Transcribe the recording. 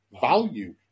value